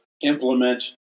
implement